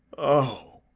o,